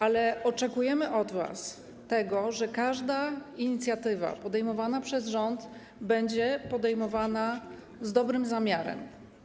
Ale oczekujemy od was tego, że każda inicjatywa podejmowana przez rząd będzie podejmowana z dobrym zamiarem.